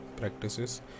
practices